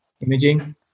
imaging